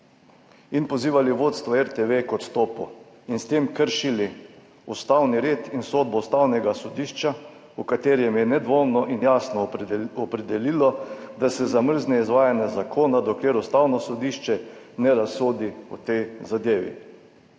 ste pozivali k odstopu in s tem kršili ustavni red in sodbo Ustavnega sodišča, v katerem je nedvoumno in jasno opredelilo, da se zamrzne izvajanje zakona, dokler Ustavno sodišče ne razsodi o tej zadevi.